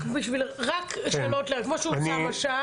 רק שאלות למנכ"ל האוצר.